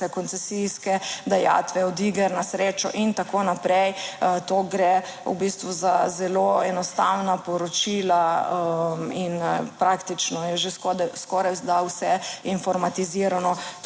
koncesijske dajatve od iger na srečo in tako naprej. To gre v bistvu za zelo enostavna poročila in praktično je že skorajda vse informatizirano,